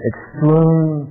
Extreme